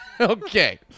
Okay